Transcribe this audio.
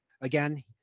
again